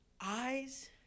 eyes